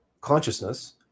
consciousness